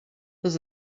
this